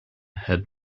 had